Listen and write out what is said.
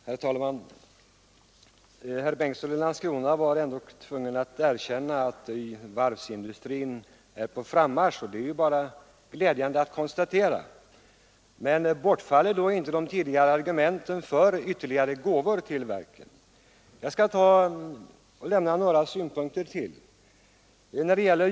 Herr talman! Herr Bengtsson i Landskrona var ändå tvungen att erkänna att varvsindustrin är på frammarsch. Det är ju bara glädjande att konstatera, men bortfaller då inte de tidigare argumenten för ytterligare gåvor till varven? Jag skall nämna ännu några synpunkter.